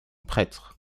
prêtre